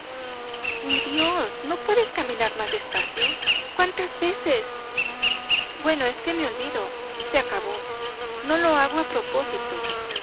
mi dios no puedes caminar más despacio cuántas veces bueno es que me olvido se acabó no lo hago a propósito